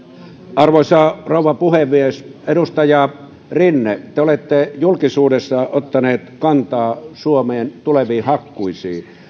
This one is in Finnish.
arvoisa rouva puhemies edustaja rinne te olette julkisuudessa ottanut kantaa suomeen tuleviin hakkuisiin